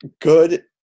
good